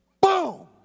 boom